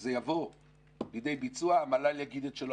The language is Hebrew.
שכשזה יבוא לידי ביצוע המל"ל יגיד את שלו,